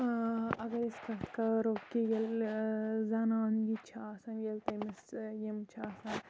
اگر أسۍ کتھ کَرو کہِ ییٚلہِ زَنان یہِ چھِ آسان ییٚلہِ تٔمِس یِم چھِ آسان